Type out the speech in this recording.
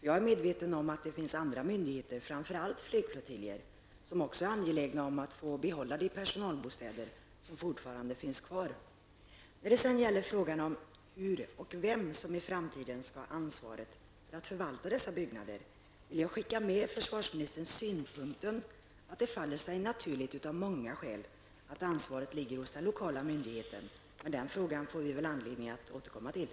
Jag är medveten om att det finns andra myndigheter -- framför allt flygflottiljer -- som också är angelägna om att få behålla de personalbostäder som fortfarande finns kvar. När det sedan gäller frågan om vem som i framtiden skall ha ansvaret för att förvalta dessa byggnader och hur det skall ske vill jag skicka med försvarsministern synpunkten, att det av många skäl faller sig naturligt att ansvaret ligger hos den lokala myndigheten. Men den frågan får vi väl anledning att återkomma till.